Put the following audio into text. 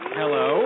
hello